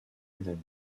milan